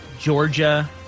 Georgia